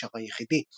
אך נשאר היחידי.